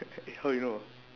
eh how you know